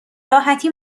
راحتی